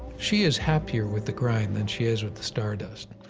she is happier with the grind than she is with the stardust.